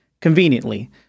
conveniently